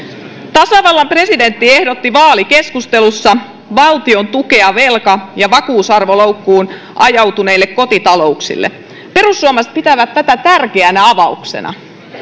tasavallan presidentti ehdotti vaalikeskustelussa valtion tukea velka ja vakuusarvoloukkuun ajautuneille kotitalouksille perussuomalaiset pitävät tätä tärkeänä avauksena